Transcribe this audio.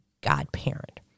godparent